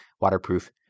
waterproof